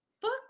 book